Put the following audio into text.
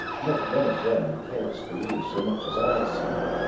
not one of them cares for you so much as i, sire,